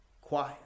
quiet